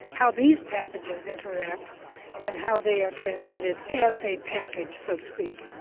how these pathogens interact and how they are transmitted as a package so to speak.